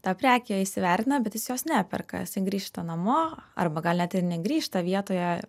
tą prekę įsivertina bet jis jos neperka jisai grįžta namo arba gal net ir negrįžta vietoje